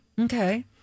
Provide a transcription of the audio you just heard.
Okay